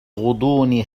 غضون